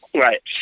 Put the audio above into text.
Right